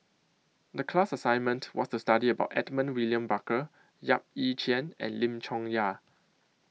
The class assignment was to study about Edmund William Barker Yap Ee Chian and Lim Chong Yah